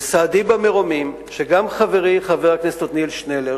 וסהדי במרומים שגם חברי חבר הכנסת עתניאל שנלר,